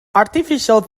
artificial